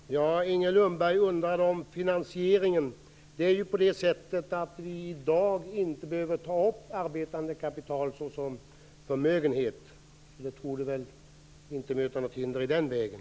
Herr talman! Inger Lundberg hade en undran om finansieringen. Vi behöver i dag inte ta med arbetande kapital som förmögenhet. Det torde väl inte möta något hinder i den vägen.